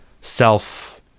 self